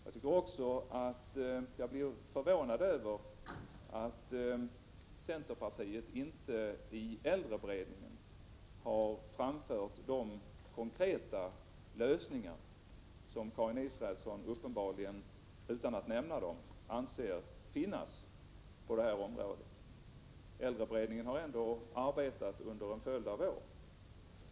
Jag blir också förvånad över att centerpartiet inte i äldreberedningen har framfört de konkreta lösningar som Karin Israelsson uppenbarligen, utan att nämna dem, anser finns på detta område. Äldreberedningen har ändå arbetat under en följd av år.